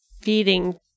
feeding